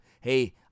hey